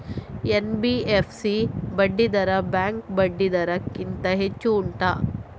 NBFC ಬಡ್ಡಿ ದರ bank ಬಡ್ಡಿ ದರ ಗಿಂತ ಹೆಚ್ಚು ಉಂಟಾ